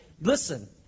Listen